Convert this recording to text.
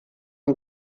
zum